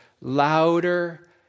louder